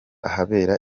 ahabereye